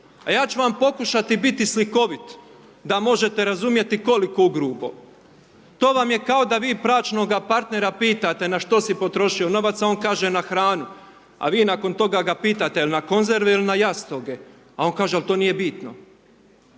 A ja ću vam pokušati biti slikovit, da možete razumjeti koliko ugrubo. To vam je kao da vi bračnoga partnera pitate na što si potrošio novac, a on kaže na hranu, a vi nakon toga ga pitati jel na konzerve il na jastoge, a on kaže al to nije bitno.